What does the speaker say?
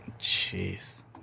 Jeez